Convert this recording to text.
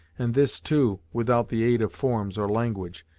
and this, too, without the aid of forms or language,